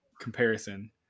comparison